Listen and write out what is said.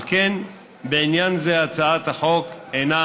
על כן, בעניין זה הצעת החוק אינה